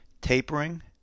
Tapering